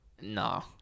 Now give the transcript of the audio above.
no